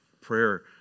prayer